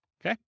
okay